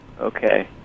Okay